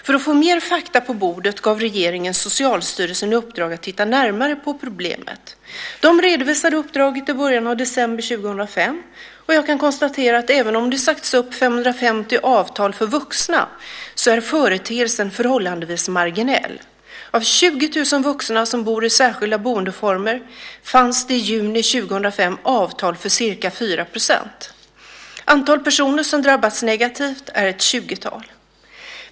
För att få mer fakta på bordet gav regeringen Socialstyrelsen i uppdrag att titta närmare på problemet. De redovisade uppdraget i början av december 2005. Jag kan konstatera att även om det sagts upp ca 550 avtal för vuxna så är företeelsen förhållandevis marginell. Av 20 000 vuxna som bor i särskilda boendeformer, fanns det i juni 2005 avtal för ca 4 %. Antalet personer som drabbats negativt är ett 20-tal.